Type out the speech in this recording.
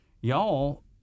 y'all